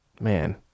Man